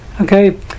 Okay